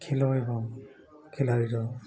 ଖେଳ ଏବଂ ଖେିଳାଳିର